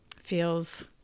feels